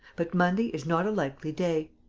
but monday is not a likely day.